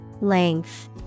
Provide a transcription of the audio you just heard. Length